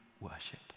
worship